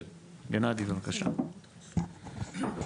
בבקשה, גנאדי.